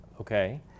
Okay